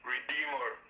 Redeemer